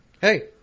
Hey